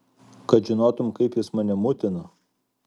kad žinotum kaip jis mane mutina